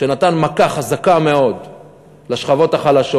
נתן מכה חזקה מאוד לשכבות החלשות.